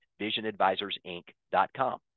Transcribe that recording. visionadvisorsinc.com